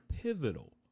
pivotal